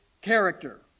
character